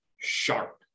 Sharp